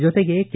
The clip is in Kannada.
ಜೊತೆಗೆ ಕೆ